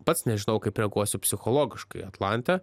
pats nežinau kaip reaguosiu psichologiškai atlante